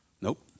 Nope